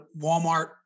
Walmart